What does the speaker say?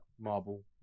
marble